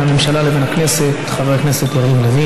הממשלה לבין הכנסת חבר הכנסת יריב לוין.